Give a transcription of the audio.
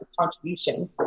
contribution